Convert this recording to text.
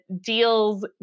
deals